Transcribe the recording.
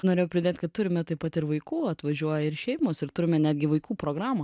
norėjau pridėt kad turime taip pat ir vaikų atvažiuoja ir šeimos ir turime netgi vaikų programą